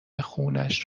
خونش